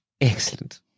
Excellent